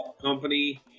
company